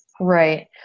Right